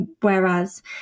whereas